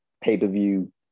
pay-per-view